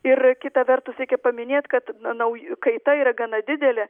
ir kita vertus reikia paminėt kad nauj kaita yra gana didelė